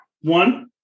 One